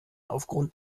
aufgrund